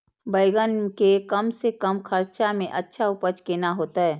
बेंगन के कम से कम खर्चा में अच्छा उपज केना होते?